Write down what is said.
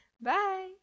Bye